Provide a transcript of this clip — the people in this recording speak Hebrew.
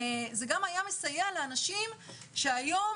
זה גם היה מסייע לאנשים שהיום,